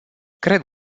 cred